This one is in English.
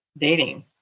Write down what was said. dating